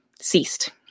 ceased